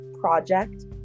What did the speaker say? project